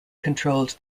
controlled